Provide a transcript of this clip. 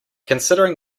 considering